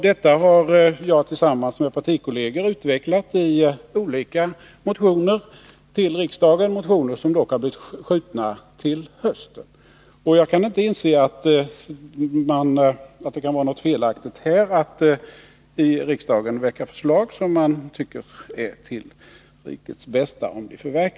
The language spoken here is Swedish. Det har jag tillsammans med partikolleger utvecklat i olika motioner till riksdagen, motioner som dock har blivit skjutna till hösten. Jag kan inte inse att det kan vara felaktigt att här i riksdagen väcka förslag som man tycker är till rikets bästa.